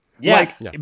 Yes